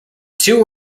two